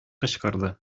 кычкырды